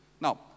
Now